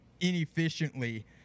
inefficiently